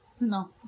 No